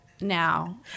now